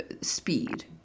speed